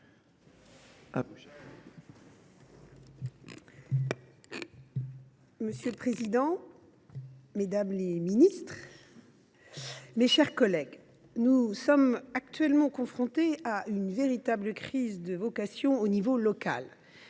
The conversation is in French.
Monsieur le président, mesdames les ministres, mes chers collègues, nous sommes actuellement confrontés à une véritable crise des vocations à l’échelon local,